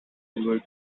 edward